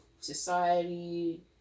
society